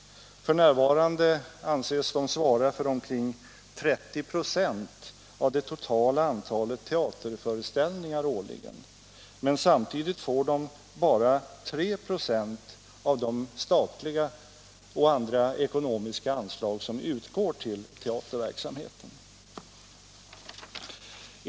F.n. anses de svara för omkring 30 96 av det totala antalet teaterföreställningar årligen. Men samtidigt får de bara 3 26 av de statliga och andra ekonomiska anslag som utgår till teaterverksamheten.